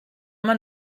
man